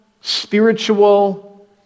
spiritual